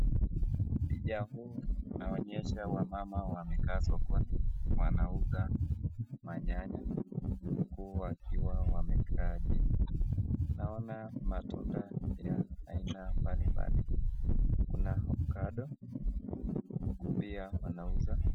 Picha huu inaonyesha wamama wamekaa sokoni wanauza manyanya huku wakiwa wamekaa jini, naona matunda ya haina mbalimbali, kuna avokado huku pia wanauza.